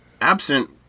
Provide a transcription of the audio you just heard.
absent